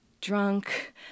drunk